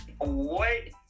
wait